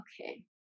okay